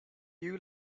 you